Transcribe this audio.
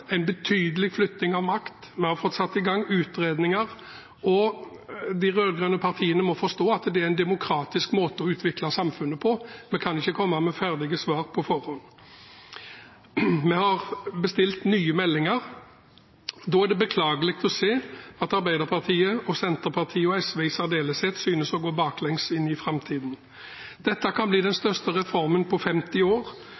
utredninger. De rød-grønne partiene må forstå at det er en demokratisk måte å utvikle samfunnet på. Vi kan ikke komme med ferdige svar på forhånd. Vi har bestilt nye meldinger. Da er det beklagelig å se at Arbeiderpartiet og Senterpartiet, og SV i særdeleshet, synes å gå baklengs inn i framtiden. Dette kan bli den største reformen på 50 år,